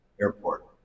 airport